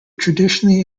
traditionally